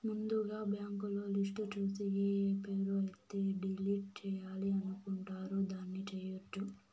ముందుగా బ్యాంకులో లిస్టు చూసి ఏఏ పేరు అయితే డిలీట్ చేయాలి అనుకుంటారు దాన్ని చేయొచ్చు